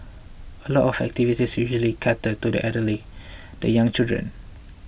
a lot of activities usually cater to the elderly the young children